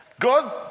God